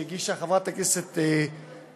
שהגישה חברת הכנסת זנדברג,